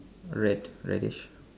red reddish